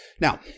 Now